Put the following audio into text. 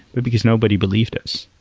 but because nobody believed us.